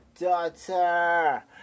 Daughter